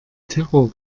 terror